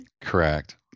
Correct